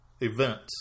events